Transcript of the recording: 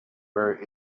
very